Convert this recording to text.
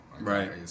right